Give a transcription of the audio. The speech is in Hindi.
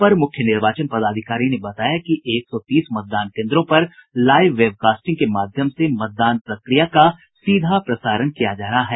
अपर मुख्य निर्वाचन पदाधिकारी ने बताया कि एक सौ तीस मतदान केन्द्रों पर लाइव वेबकास्टिंग के माध्यम से मतदान प्रक्रिया का सीधा प्रसारण किया जा रहा है